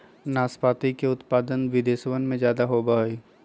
नाशपाती के उत्पादन विदेशवन में ज्यादा होवा हई